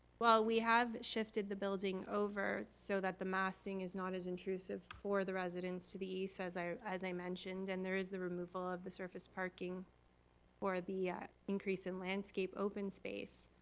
well, we have shifted the building over so that the massing is not as intrusive for the residents to the east, as i as i mentioned. and there's the removal of the surface parking for the increase in landscape open space.